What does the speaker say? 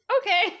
Okay